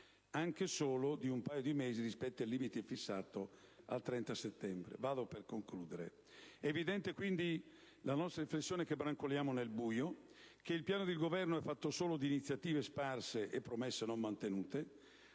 anche solo di un paio di mesi rispetto al limite fissato al 30 settembre. È evidente quindi - è la nostra riflessione - che brancoliamo nel buio, che il piano del Governo è fatto solo di iniziative sparse e promesse non mantenute.